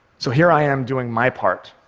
so here i am doing my part,